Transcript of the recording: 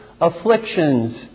afflictions